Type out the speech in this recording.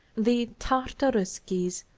the czartoryskis,